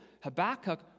Habakkuk